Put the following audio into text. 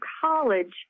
college